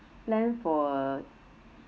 plan for